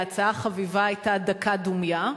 ההצעה החביבה היתה דקה דומייה.